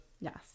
Yes